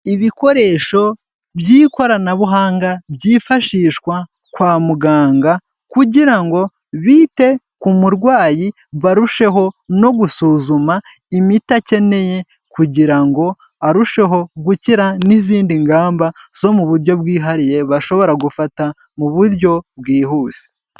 Ibikoresho by'ikoranabuhanga byifashishwa kwa muganga; kugira ngo bite ku murwayi barusheho no gusuzuma imiti akeneye; kugira ngo arusheho gukira n'izindi ngamba zo mu buryo bwihariye bashobora gufata mu buryo bwihuse.